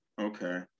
Okay